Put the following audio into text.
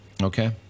Okay